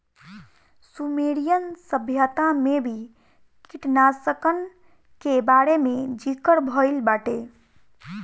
Sumerian सभ्यता में भी कीटनाशकन के बारे में ज़िकर भइल बाटे